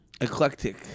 Eclectic